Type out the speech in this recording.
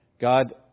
God